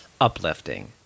uplifting